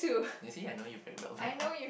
you see I know you very well right now